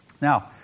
Now